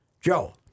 Joe